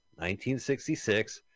1966